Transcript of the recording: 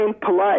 polite